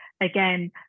again